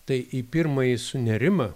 tai į pirmąjį sunėrimą